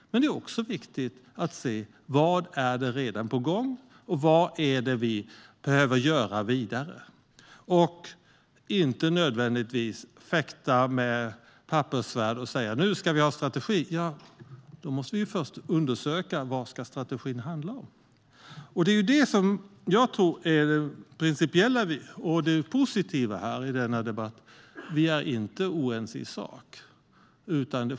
Men det är också viktigt att titta på vad som redan är på gång och vad som behöver göras. Vi ska inte nödvändigtvis fäkta med papperssvärd och säga att det måste finnas en strategi. Då måste vi först undersöka vad strategin ska handla om. Det principiella och positiva i denna debatt är att vi inte är oense i sak.